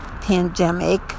pandemic